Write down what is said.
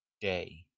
day